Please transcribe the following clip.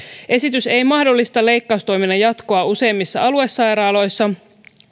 esitys ei mahdollista leikkaustoiminnan jatkoa useimmissa aluesairaaloissa